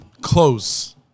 Close